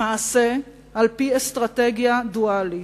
מעשה על-פי אסטרטגיה דואלית.